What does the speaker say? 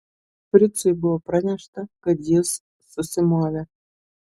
fricui buvo pranešta kad jis susimovė